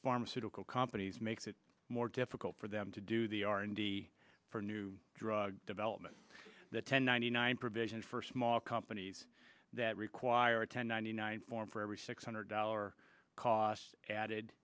pharmaceutical companies makes it more difficult for them to do the r and d for new drug development the ten ninety nine provision for small companies that require a ten ninety nine form for every six hundred dollar cost added